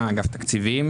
אני מאגף התקציבים.